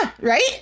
right